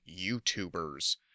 youtubers